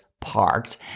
Parked